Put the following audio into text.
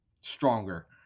stronger